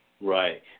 Right